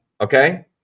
okay